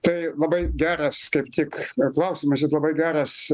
tai labai geras kaip tik klausimas ir labai geras